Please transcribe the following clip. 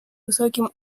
высоким